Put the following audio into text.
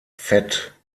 fett